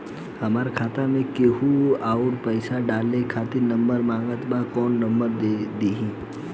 हमार खाता मे केहु आउर पैसा डाले खातिर नंबर मांगत् बा कौन नंबर दे दिही?